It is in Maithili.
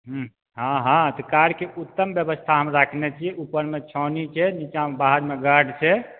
हुँ हँ हँ तऽ कारके उत्तम व्यवस्था हम राखने छी उपरमे छै निच्चामे बाहरमे गार्ड छै